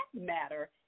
matter